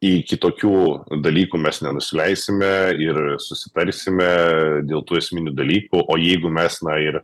iki tokių dalykų mes nenusileisime ir susitarsime dėl tų esminių dalykų o jeigu mes na ir